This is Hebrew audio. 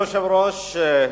אדוני היושב-ראש,